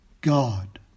God